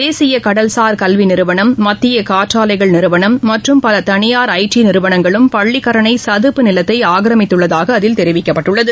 தேசிய கடல்சார் கல்வி நிறுவனம் மத்திய காற்றாலைகள் நிறுவனம் மற்றும் பல தனியார் ஐ டி நிறுவனங்களும் பள்ளிக்கரணை சதுப்பு நிலத்தை ஆக்கிரமித்துள்ளதாக அதில் தெரிவிக்கப்பட்டுள்ளது